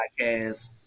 podcast